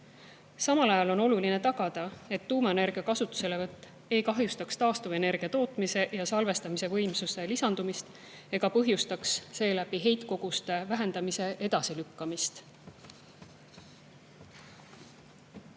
Samal ajal on oluline tagada, et tuumaenergia kasutuselevõtt ei kahjustaks taastuvenergia tootmise ja salvestamise võimsuse lisandumist ega põhjustaks seeläbi heitkoguste vähendamise edasilükkamist.